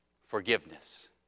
Forgiveness